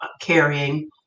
carrying